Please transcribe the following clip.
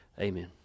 Amen